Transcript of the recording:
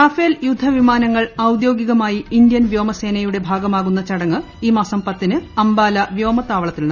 Rafale യുദ്ധവിമാനങ്ങൾ ഔദ്യോഗികമായി Indian വ്യോമസേനയുടെ ഭാഗമാകുന്ന ചടങ്ങ് ഈ മാസം പത്തിന് അംബാല വ്യോമതാവളത്തിൽ നടക്കും